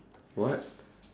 what